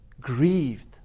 grieved